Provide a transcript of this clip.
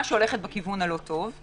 שהולכת בכיוון הלא טוב.